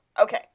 Okay